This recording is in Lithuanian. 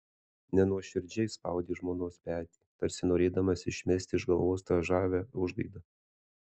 nenuoširdžiai spaudė žmonos petį tarsi norėdamas išmesti iš galvos tą žavią užgaidą